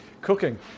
cooking